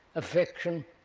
affection,